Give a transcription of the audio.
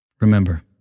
Remember